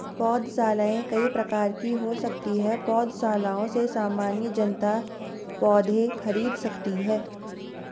पौधशालाएँ कई प्रकार की हो सकती हैं पौधशालाओं से सामान्य जनता पौधे खरीद सकती है